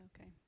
Okay